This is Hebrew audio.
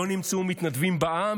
לא נמצאו מתנדבים בעם,